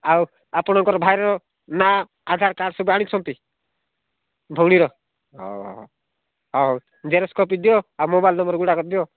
ଆଉ ଆପଣଙ୍କ ଭାଇର ନାଁ ଆଧାର କାର୍ଡ଼ ସବୁ ଆଣିଛନ୍ତି ଭଉଣୀର ହଉ ହଉ ହଉ ଜେରକ୍ସ୍ କପି ଦିଅ ଆମ ମୋବାଇଲ୍ ନମ୍ବର୍ ଗୁଡ଼ାକ ଦିଅ